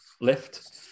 lift